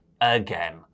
again